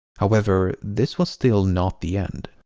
however, this was still not the end.